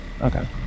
Okay